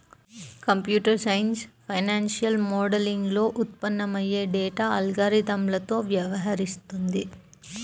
computer science financial మోడలింగ్లో ఉత్పన్నమయ్యే data అల్గారిథమ్లతో వ్యవహరిస్తుంది